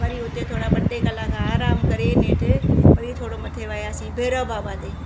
वरी उते थोरा ॿ टे कलाक आरामु करे नेठि वरी थोरो मथे वयासीं भैरव बाबा ते